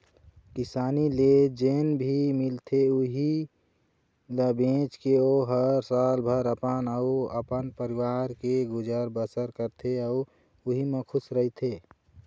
किसानी ले जेन भी मिलथे उहीं ल बेचके ओ ह सालभर अपन अउ अपन परवार के गुजर बसर करथे अउ उहीं म खुस रहिथे